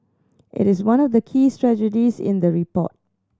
it is one of the key strategies in the report